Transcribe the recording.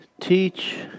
teach